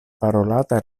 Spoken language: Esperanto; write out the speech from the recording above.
parolata